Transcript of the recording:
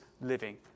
living